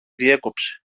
διέκοψε